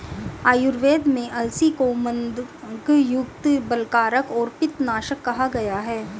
आयुर्वेद में अलसी को मन्दगंधयुक्त, बलकारक और पित्तनाशक कहा गया है